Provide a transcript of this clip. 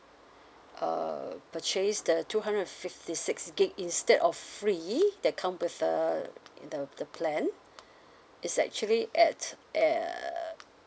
uh purchase the two hundred and fifty six gig instead of free that come with uh in the the plan is actually at uh